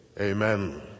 amen